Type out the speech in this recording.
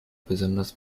besondere